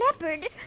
leopard